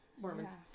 Mormons